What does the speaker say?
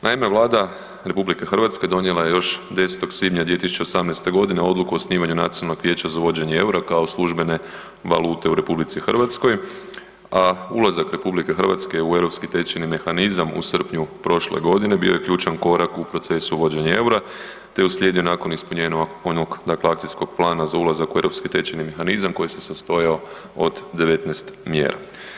Naime, Vlada RH donijela je još 10. svibnja 2018.g. odluku o osnivanju Nacionalnog vijeća za uvođenje EUR-a kao službene valute u RH, a ulazak RH u Europski tečajni mehanizam u srpnju prošle godine bio je ključan korak u procesu uvođenja EUR-a, te je uslijedio nakon ispunjenja onog dakle akcijskog plana za ulazak u Europski tečajni mehanizam koji se sastojao od 19 mjera.